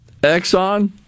Exxon